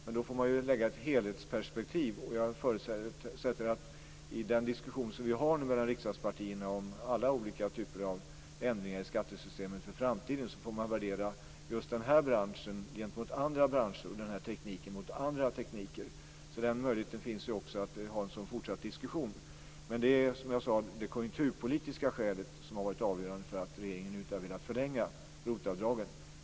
Men då får man ju lägga ett helhetsperspektiv, och jag förutsätter att vi i diskussionen mellan riksdagspartierna om alla olika typer av ändringar i skattesystemet inför framtiden får värdera just den här branschen gentemot andra branscher och den här tekniken gentemot andra tekniker. Det finns alltså möjlighet att ha en sådan fortsatt diskussion. Men det är, som jag sade, det konjunkturpolitiska skälet som har varit avgörande för att regeringen inte har velat förlänga ROT-avdragen.